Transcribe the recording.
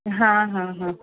हां हां हां